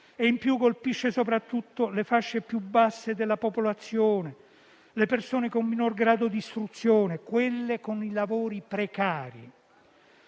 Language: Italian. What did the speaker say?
e, in più, colpisce soprattutto le fasce più basse della popolazione, le persone con minor grado d'istruzione, quelle con i lavori precari.